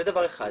זה דבר אחד.